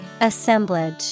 Assemblage